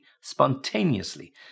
spontaneously